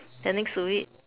then next to it